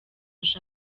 aje